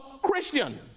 Christian